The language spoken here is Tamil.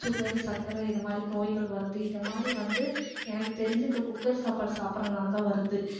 சுகர் சக்கரை இது மாதிரி நோய்கள் வருது இது மாதிரி வந்து எனக்கு தெரிஞ்சு இந்த குக்கர் சாப்பாடு சாப்பிட்றதுனால தான் வருது